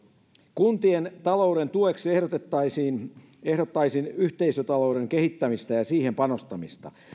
kuntien talouden tueksi ehdottaisin ehdottaisin yhteisötalouden kehittämistä ja siihen panostamista